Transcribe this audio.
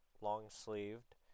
long-sleeved